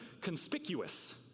conspicuous